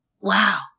wow